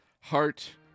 Heart